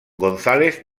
gonzález